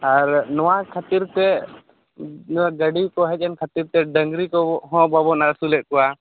ᱟᱨ ᱱᱚᱣᱟ ᱠᱷᱟᱹᱛᱤᱨᱛᱮ ᱱᱚᱣᱟ ᱜᱟᱹᱰᱤ ᱠᱚ ᱦᱮᱡ ᱮᱱ ᱠᱷᱟᱹᱛᱤᱨᱛᱮ ᱰᱟᱹᱝᱨᱤ ᱠᱚᱦᱚᱸ ᱵᱟᱵᱚᱱ ᱟᱹᱥᱩᱞᱮᱫ ᱠᱚᱣᱟ